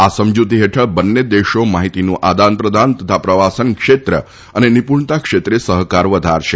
આ સમજુતી હેઠળ બંને દેશો માહિતીનું આદાન પ્રદાન તથા પ્રવાસન ક્ષેત્ર અને નિપુણતા ક્ષેત્રે સહકાર વધારશે